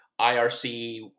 IRC